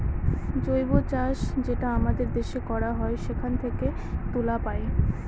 জৈব চাষ যেটা আমাদের দেশে করা হয় সেখান থেকে তুলা পায়